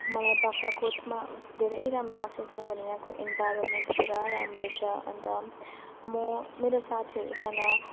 मलाई बाख्राकोटमा धेरै राम्रो लाग्छ किनभने यहाँको एन्भाइरोमेन्ट पुरा राम्रो छ अन्त म मेरो साथीहरूसँग